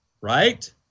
right